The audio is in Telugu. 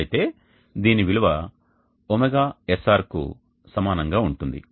అయితే దీని విలువ ωSR కు సమానంగా ఉంటుంది